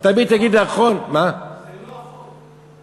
תמיד תגיד נכון, זה לא החוק.